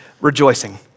rejoicing